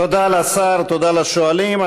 תודה לשר, תודה לשואלים.